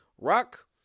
rock